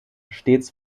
stets